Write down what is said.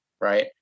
right